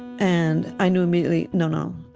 and i knew, immediately, no, no.